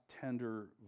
tender